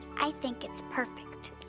i think it's perfect.